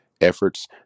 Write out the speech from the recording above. Efforts